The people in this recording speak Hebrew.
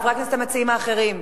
חברי הכנסת המציעים האחרים?